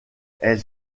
elle